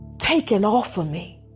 taken off of me.